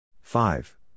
Five